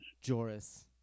Joris